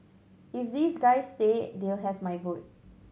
if these guys stay they'll have my vote